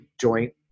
joint